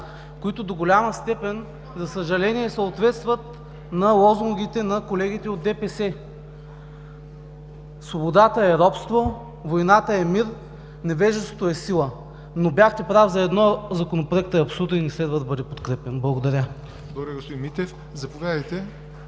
които до голяма степен, за съжаление, съответстват на лозунгите на колегите от ДПС: „Свободата е робство, войната е мир, невежеството е сила.“ Но бяхте прав за едно – Законопроектът е абсурден и не следва да бъде подкрепян. Благодаря. ПРЕДСЕДАТЕЛ ЯВОР НОТЕВ: Благодаря,